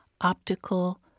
optical